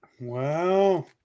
Wow